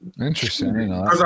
Interesting